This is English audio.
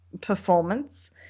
performance